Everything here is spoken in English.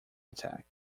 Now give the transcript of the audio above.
attack